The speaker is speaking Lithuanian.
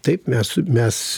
taip mes mes